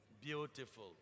beautiful